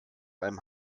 einem